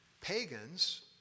pagans